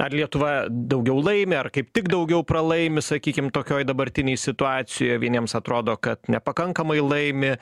ar lietuva daugiau laimi ar kaip tik daugiau pralaimi sakykim tokioj dabartinėj situacijoj vieniems atrodo kad nepakankamai laimi